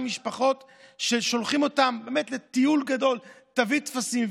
משפחות ששולחים אותן לטיול גדול: תביא טפסים,